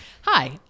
Hi